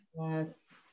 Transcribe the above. Yes